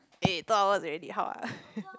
eh two hours already how ah